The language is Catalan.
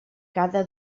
cada